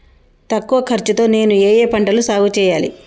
తక్కువ ఖర్చు తో నేను ఏ ఏ పంటలు సాగుచేయాలి?